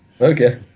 Okay